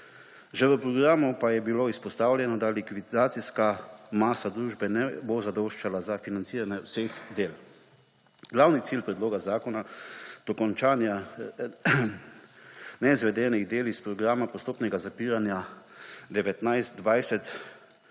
Že v programu pa je bilo izpostavljeno, da likvidacijska masa družbe ne bo zadoščala za financiranje vseh del. Glavni cilji predloga zakona dokončanje neizvedenih del iz programa postopnega zapiranja 2019–2020